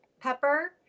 pepper